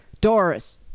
Doris